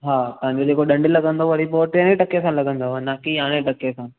हा तव्हांजो जेको ॾंढ लॻंदो वरी पोइ तेरहें टके सां लगंदो न कि यारहें टके सां